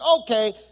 okay